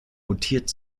mutiert